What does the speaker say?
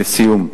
לסיום,